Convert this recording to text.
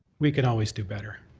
we can always do better.